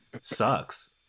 sucks